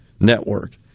network